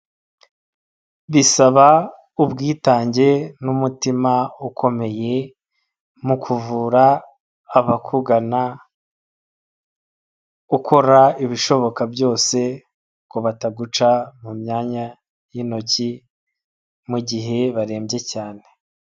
Bisaba, ubwitange n'umutima ukomeye, mu kuvura abakugana, ukora ibishoboka byose, ngo bataguca mu myanya y'intoki, mu gihe barembye cyane.